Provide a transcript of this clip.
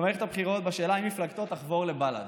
במערכת הבחירות על השאלה אם מפלגתו תחבור לבל"ד?